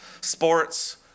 sports